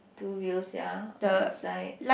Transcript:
two wheels ya on the side